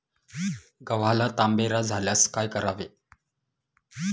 गव्हाला तांबेरा झाल्यास काय करावे?